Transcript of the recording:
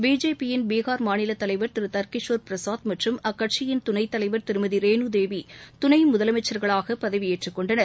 பிஜேபியின் பீகர் மாநிலத் தலைவர் திருதர்கிஷோர் பிரசாத் மற்றும் அக்கட்சியின் துணைத் தலைவர் திருமதிரேணுதேவிதுணைமுதலமைச்சர்களாகபதவியேற்றுக்கொண்டனர்